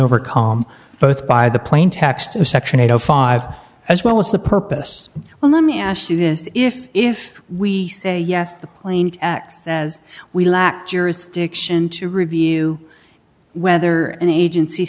over com both by the plaintext section eight o five as well as the purpose well let me ask you this if if we say yes the plane acts as we lack jurisdiction to review whether an agency